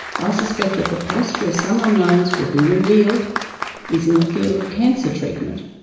i suspect that the place where some unknowns will be revealed is in the field of cancer treatment.